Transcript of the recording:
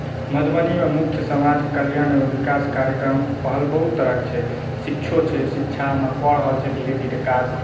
मधुबनीमे मुख्य समाज कल्याण एवं विकास कार्यक्रम पहल बहुत तरहक छै शिक्षो छै शिक्षामे कऽ रहल छै धीरे धीरे काज